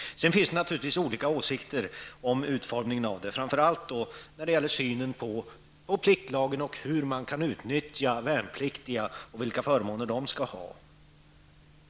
Sedan finns det naturligtvis olika åsikter om utformningen av försvaret, framför allt när det gäller synen på pliktlagen, hur man kan utnyttja värnpliktiga och vilka förmåner de skall ha.